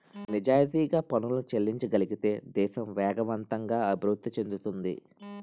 నిజాయితీగా పనులను చెల్లించగలిగితే దేశం వేగవంతంగా అభివృద్ధి చెందుతుంది